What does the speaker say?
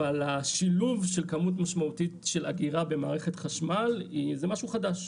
אבל השילוב של כמות משמעותית של אגירה במערכת חשמל זה משהו חדש,